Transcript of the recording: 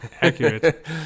Accurate